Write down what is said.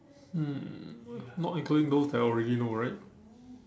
hmm not including those that I already know right